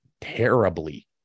terribly